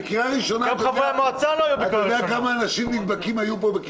בקריאה ראשונה אתה יודע כמה נדבקים היו פה?